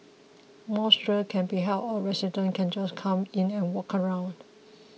mosque tour can be held or residents can just come in and walk around